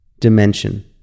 dimension